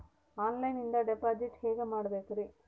ಆನ್ಲೈನಿಂದ ಡಿಪಾಸಿಟ್ ಹೇಗೆ ಮಾಡಬೇಕ್ರಿ?